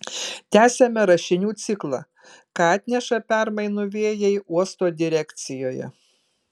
tęsiame rašinių ciklą ką atneša permainų vėjai uosto direkcijoje